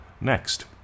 Next